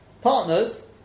partners